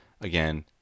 Again